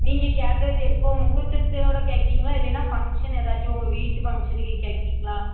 நீங்கள் கேட்குறது எப்போ முகூர்த்தத்தோட கேட்கிங்களா இல்லைனா ஃபங்க்ஷன் ஏதாச்சும் உங்கள் வீட்டு ஃபங்க்ஷனுக்கு கேட்கிங்களா